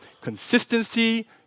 consistency